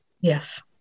Yes